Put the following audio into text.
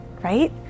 right